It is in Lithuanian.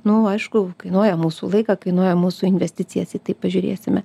nu aišku kainuoja mūsų laiką kainuoja mūsų investicijas į tai pažiūrėsime